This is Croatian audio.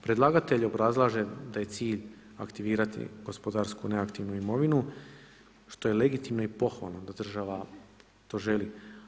Predlagatelj obrazlaže taj cilj, aktivirati, gospodarsku neaktivnu imovinu, što je legitimno i pohvalno da država to želi.